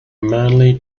manly